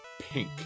pink